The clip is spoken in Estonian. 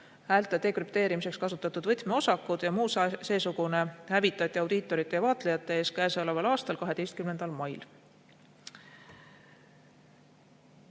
häälte dekrüpteerimiseks kasutatud võtmeosakud ja muu seesugune – hävitati audiitorite ja vaatlejate ees käesoleval aastal 12. mail.